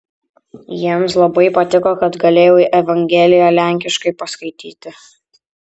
jiems labai patiko kad galėjau evangeliją lenkiškai paskaityti